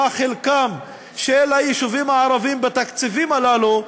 מה חלקם של היישובים הערביים בתקציבים הללו,